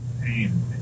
Pain